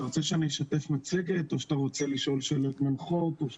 אתה רוצה שאשתף מצגת או שאתה רוצה לשאול שאלות מנחות?